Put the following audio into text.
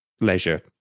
leisure